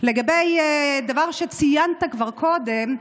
לגבי דבר שציינת כבר קודם,